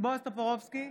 בועז טופורובסקי,